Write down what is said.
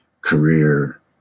career